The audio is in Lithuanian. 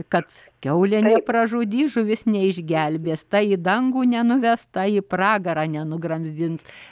kad kiaulė nepražudys žuvis neišgelbės ta į dangų ne nuves ta į pragarą nenugramzdins